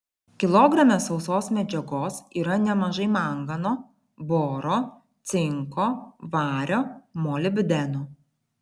kilograme sausos medžiagos yra nemažai mangano boro cinko vario molibdeno